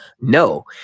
no